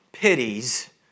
pities